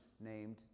named